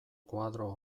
koadro